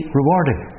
rewarding